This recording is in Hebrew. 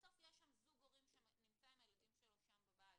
בסוף יש שם זוג הורים שנמצא עם הילדים שלו שם בבית